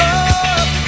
up